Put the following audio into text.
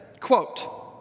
Quote